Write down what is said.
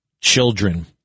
children